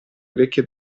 orecchie